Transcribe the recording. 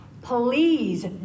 please